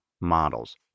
models